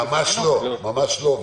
ממש לא, ממש לא.